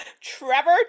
Trevor